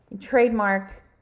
trademark